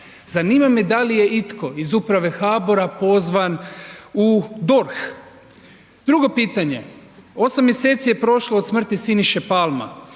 zanima me da li je itko iz Uprave HBOR-a pozvan u DORH? Drugo pitanje, osam mjeseci je prošlo od smrti Siniše Palma